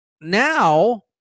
now